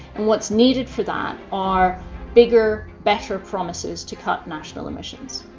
and what's needed for that are bigger, better promises, to cut national emissions